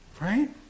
right